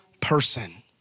person